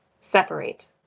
separate